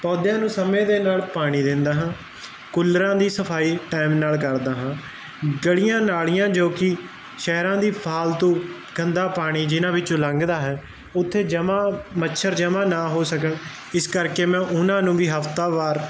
ਪੌਦਿਆ ਨੂੰ ਸਮੇਂ ਦੇ ਨਾਲ ਪਾਣੀ ਦਿੰਦਾ ਹਾਂ ਕੂਲਰਾਂ ਦੀ ਸਫਾਈ ਟਾਈਮ ਨਾਲ ਕਰਦਾ ਹਾਂ ਗਲੀਆਂ ਨਾਲੀਆਂ ਜੋ ਕਿ ਸ਼ਹਿਰਾਂ ਦੀ ਫਾਲਤੂ ਗੰਦਾ ਪਾਣੀ ਜਿਹਨਾਂ ਵਿੱਚੋਂ ਲੰਘਦਾ ਹੈ ਉੱਥੇ ਜਮਾ ਮੱਛਰ ਜਮਾ ਨਾ ਹੋ ਸਕਣ ਇਸ ਕਰਕੇ ਮੈਂ ਉਹਨਾਂ ਨੂੰ ਵੀ ਹਫਤਾ ਵਾਰ